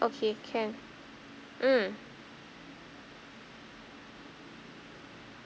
okay can mm